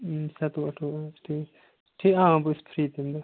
سَتووُہ اَٹھووُہ حظ ٹھیٖک ٹھیٖک ٲں بہٕ چھُس فرٛی تَمہِ دۄہ